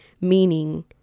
meaning